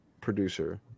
producer